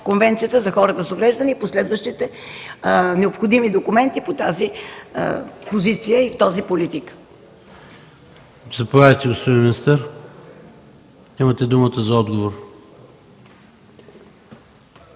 Конвенцията за хората с увреждане и последващите необходими документи по тази позиция и тази политика?